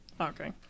Okay